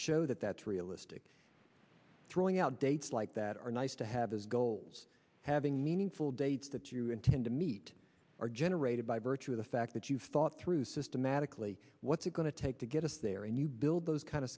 show that that's realistic throwing out dates like that are nice to have as goals having meaningful dates that you intend to meet are generated by virtue of the fact that you've thought through systematically what's it going to take to get us there and you build those kind of